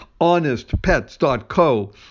honestpets.co